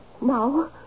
now